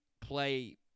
play